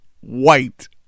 white